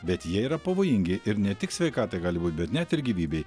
bet jie yra pavojingi ir ne tik sveikatai gali būt bet net ir gyvybei